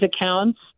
accounts